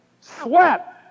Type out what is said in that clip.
sweat